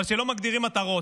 אבל כשלא מגדירים מטרות,